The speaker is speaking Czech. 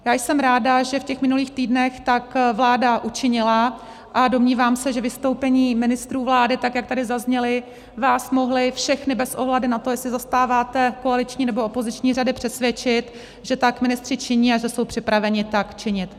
Já jsem ráda, že v těch minulých týdnech tak vláda učinila, a domnívám se, že vystoupení ministrů vlády, tak jak tady zazněla, vás mohla všechny bez ohledu na to, jestli zastáváte koaliční, nebo opoziční řady, přesvědčit, že tak ministři činí a že jsou připraveni tak činit.